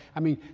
i mean,